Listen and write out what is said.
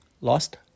lost